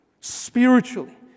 spiritually